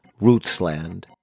Rootsland